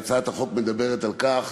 החוק מדבר על כך